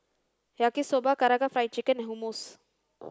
Yaki Soba Karaage Fried Chicken and Hummus